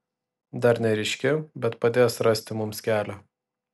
dar neryški bet padės rasti mums kelią